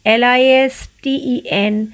listen